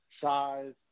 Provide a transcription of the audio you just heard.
size